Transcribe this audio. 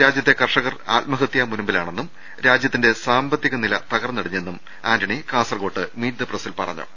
രാജ്യത്തെ കർഷകർ ആത്മഹത്യാ മുനമ്പിലാ ണെന്നും രാജ്യത്തിന്റെ സാമ്പത്തികനില തകർന്നടി ഞ്ഞെന്നും ആന്റണി കാസർകോട് മീറ്റ് ദ പ്രസിൽ പറ ഞ്ഞു